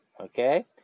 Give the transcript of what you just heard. Okay